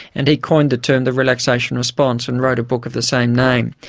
and he coined the term the relaxation response and wrote a book of the same name.